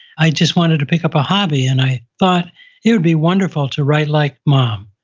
i just wanted to pick up a hobby and i thought it would be wonderful to write like mom.